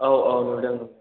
औ औ नुदों